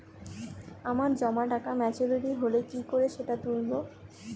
আমার জমা টাকা মেচুউরিটি হলে কি করে সেটা তুলব?